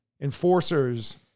enforcers